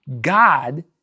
God